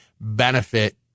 benefit